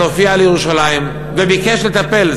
הופיע בירושלים וביקש לטפל,